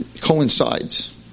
coincides